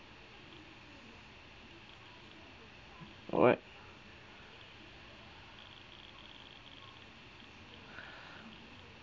alright